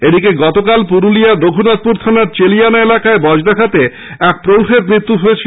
এদিকে গতকাল পুরুলিয়ার রঘুনাথপুর থানার চেলিয়ানা এলাকায় বজ্রাঘাতে এক প্রৌঢ়ের মৃত্যু হয়েছে